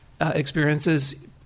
experiences